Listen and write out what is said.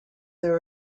there